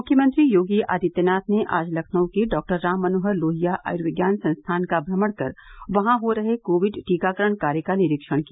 मुख्यमंत्री योगी आदित्यनाथ ने आज लखनऊ के डॉक्टर राम मनोहर लोहिया आयुर्विज्ञान संस्थान का भ्रमण कर वहां हो रहे कोविड टीकाकरण कार्य का निरीक्षण किया